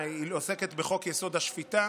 היא עוסקת בחוק-יסוד: השפיטה,